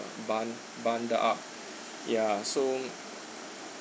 bun bundle up ya so